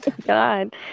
God